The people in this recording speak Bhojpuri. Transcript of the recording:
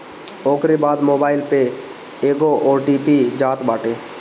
ओकरी बाद मोबाईल पे एगो ओ.टी.पी जात बाटे